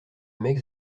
meix